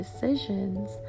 decisions